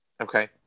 Okay